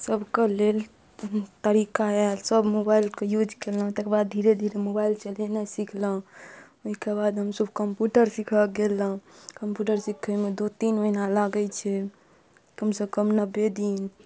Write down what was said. सबके लेल तरीका आयल सब मोबाइलके यूज केलहुॅं तकर बाद धीरे धीरे मोबाइल चलायब सीखलहुॅं ओहिके बाद हमसब कम्प्यूटर सीखऽ गेलहुॅं कम्प्यूटर सिखयमे दू तीन महीना लागै छै कम से कम नब्बे दिन